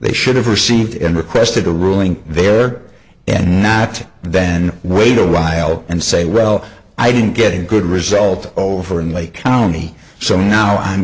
they should have received and requested a ruling there and not then wait a while and say well i didn't get a good result over in lake county so now i'm